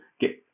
get